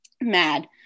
mad